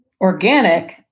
Organic